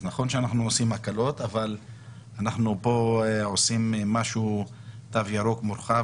אבל בדיקה שלילית לא פוסלת כמובן את היותו אדם לא חולה,